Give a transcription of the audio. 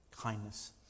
kindness